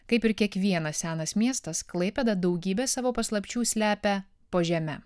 kaip ir kiekvienas senas miestas klaipėda daugybę savo paslapčių slepia po žeme